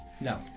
No